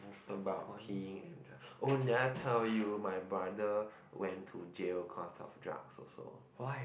about peeing and dru~ oh did I tell you my brother went to jail cause of drugs also